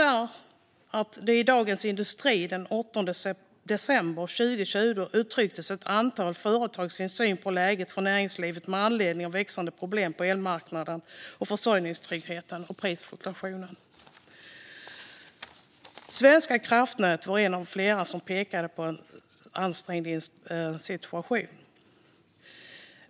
I Dagens industri den 8 december 2020 uttryckte exempelvis ett antal företag sin syn på läget för näringslivet med anledning av växande problem med försörjningstrygghet och prisfluktuationer på elmarknaden. Svenska kraftnät var en av flera aktörer som pekade på en ansträngd situation.